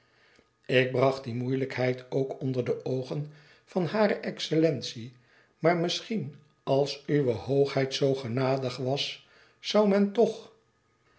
ik bracht die moeilijkheid ook onder de oogen van hare xcellentie maar misschien als uwe hoogheid zoo genadig was zoû men toch